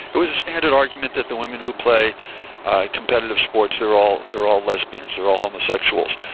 it was a standard argument that the women who play competitive sports are all they're all lesbians they're all homosexuals.